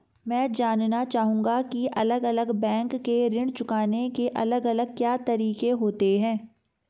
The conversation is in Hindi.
मैं जानना चाहूंगा की अलग अलग बैंक के ऋण चुकाने के अलग अलग क्या तरीके होते हैं?